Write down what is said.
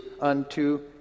unto